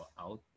out